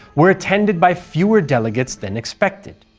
were attended by fewer delegates than expected.